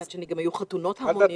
מצד שני גם היו חתונות המוניות.